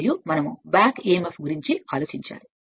మరియు మీరు పిలిచేది బ్యాక్ emf గురించి ఆలోచించాలి